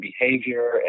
behavior